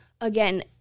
again